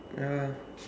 ya